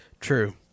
True